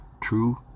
true